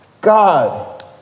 God